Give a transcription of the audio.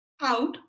out